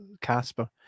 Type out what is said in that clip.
Casper